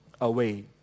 away